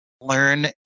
learn